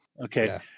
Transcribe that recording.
Okay